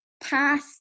past